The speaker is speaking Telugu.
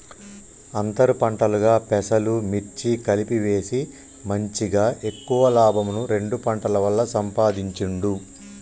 అంతర్ పంటలుగా పెసలు, మిర్చి కలిపి వేసి మంచిగ ఎక్కువ లాభంను రెండు పంటల వల్ల సంపాధించిండు